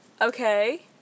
Okay